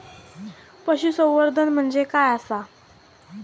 पशुसंवर्धन म्हणजे काय आसा?